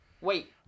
Wait